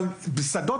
אבל בשדות